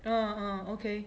orh orh okay